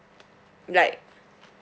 like